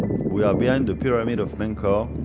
we are behind the pyramid of menkaure. i